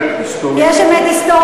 יש אמת היסטורית אחת.